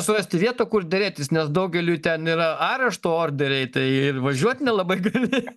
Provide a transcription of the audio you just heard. surasti vietą kur derėtis nes daugeliui ten yra arešto orderiai tai važiuot nelabai gali